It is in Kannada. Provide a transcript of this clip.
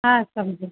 ಹಾಂ ಸ್ವಾಮೀಜಿ